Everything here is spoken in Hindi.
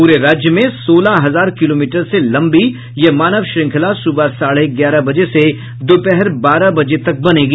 प्रे राज्य में सोलह हजार किलोमीटर से लम्बी यह मानव श्रृंखला सुबह साढ़े ग्यारह बजे से दोपहर बारह बजे तक बनेगी